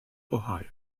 ohio